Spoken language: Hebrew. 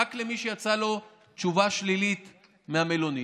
רק למי שיצאה לו תשובה שלילית מהמלונית,